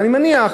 ואני מניח,